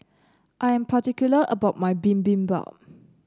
I am particular about my Bibimbap